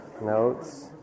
Notes